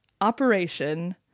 Operation